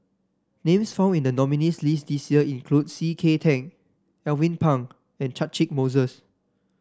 names found in the nominees' list this year include C K Tang Alvin Pang and Catchick Moses